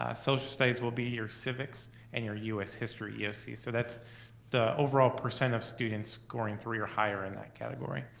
ah social studies will be your civics and your us history you'll see. so that's the overall percent of students scoring three or higher in that category.